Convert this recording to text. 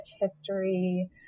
history